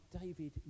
David